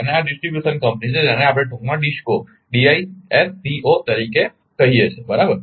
અને આ distribution company છે જેને આપણે ટૂંકમાં ડિસ્કો કહીએ છીએ બરાબર